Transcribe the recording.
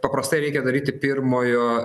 paprastai reikia daryti pirmojo